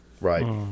right